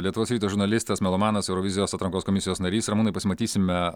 lietuvos ryto žurnalistas melomanas eurovizijos atrankos komisijos narys ramūnai pasimatysime